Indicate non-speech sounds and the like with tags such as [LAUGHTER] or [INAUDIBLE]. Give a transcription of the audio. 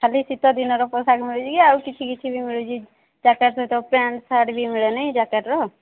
ଖାଲି ଶୀତ ଦିନର ପୋଷାକ ମିଳୁଛି କି ଆଉ କିଛି କିଛି ବି ମିଳୁଛି [UNINTELLIGIBLE] ପ୍ୟାଣ୍ଟ୍ ସାର୍ଟ୍ ବି ମିଳୁଛି ଜ୍ୟାକେଟ୍ର